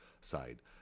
side